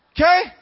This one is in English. Okay